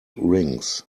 rings